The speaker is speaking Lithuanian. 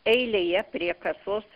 eilėje prie kasos